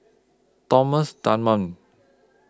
Thomas Dunman